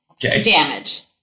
damage